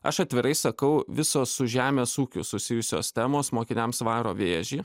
aš atvirai sakau visos su žemės ūkiu susijusios temos mokiniams varo vėžį